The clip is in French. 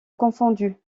confondues